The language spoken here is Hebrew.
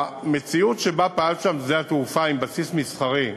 המציאות שבה פעל שם שדה-התעופה, עם בסיס מסחרי,